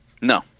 No